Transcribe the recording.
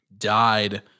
Died